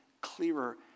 clearer